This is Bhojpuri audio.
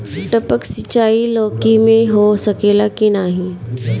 टपक सिंचाई लौकी में हो सकेला की नाही?